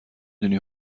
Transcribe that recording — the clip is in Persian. دونی